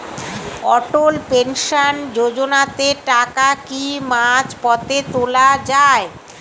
অটল pension যোজনাতে টাকা কি মাঝপথে তোলা যায়?